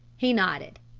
he nodded.